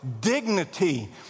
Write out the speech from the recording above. dignity